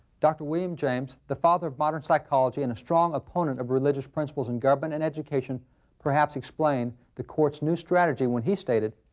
dr. william james, the father of modern psychology and a strong opponent of religious principles in government and education perhaps explained the court's new strategy when he stated,